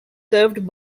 served